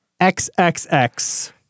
XXX